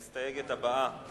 המסתייגת הבאה,